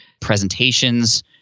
presentations